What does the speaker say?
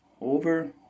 over